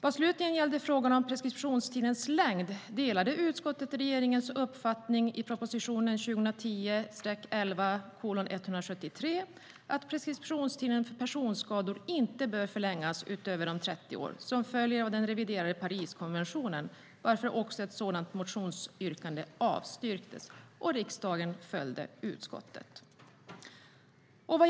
Vad slutligen gällde frågan om preskriptionstidens längd delade utskottet regeringens uppfattning i proposition 2010/11:173, nämligen att preskriptionstiden för personskador inte bör förlängas utöver de 30 år som följer av den reviderade Pariskonventionen varför också ett sådant motionsyrkande avstyrktes. Riksdagen följde utskottets förslag.